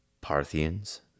Parthians